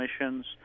missions